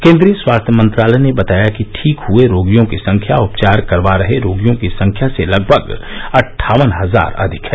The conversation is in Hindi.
केन्द्रीयस्वास्थ्य मंत्रालय ने बताया कि ठीक हुए रोगियों की संख्या उपचार करवा रहे रोगियों की संख्या से लगभग अटटावन हजार अविक है